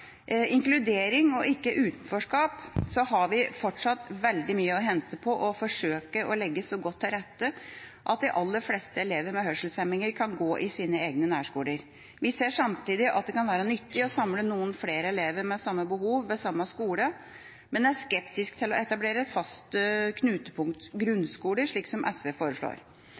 inkludering og ikke utenforskap, har vi fortsatt veldig mye å hente på å forsøke å legge så godt til rette at de aller fleste elever med hørselshemminger kan gå i sine egne nærskoler. Vi ser samtidig at det kan være nyttig å samle noen flere elever med samme behov på samme skole, men er skeptiske til å etablere en fast knutepunktgrunnskole, slik som SV foreslår.